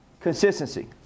consistency